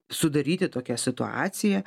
sudaryti tokią situaciją